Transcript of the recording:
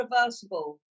reversible